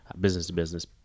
business-to-business